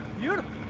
Beautiful